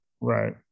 Right